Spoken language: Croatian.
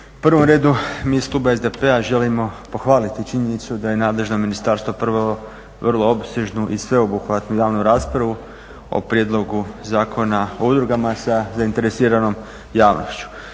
U prvom redu mi iz kluba SDP-a želimo pohvaliti činjenicu da je nadležno ministarstvo provelo vrlo opsežnu i sveobuhvatnu javnu raspravu o prijedlogu Zakona o udruga sa zainteresiranom javnošću.